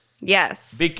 Yes